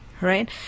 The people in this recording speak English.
right